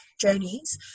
journeys